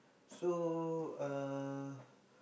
so uh